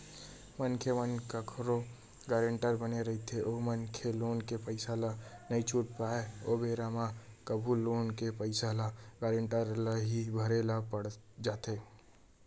मनखे मन ह कखरो गारेंटर बने रहिथे ओ मनखे लोन के पइसा ल नइ छूट पाय ओ बेरा म कभू लोन के पइसा ल गारेंटर ल ही भरे ल पड़ जाथे